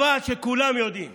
אבל כולם יודעים